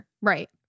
Right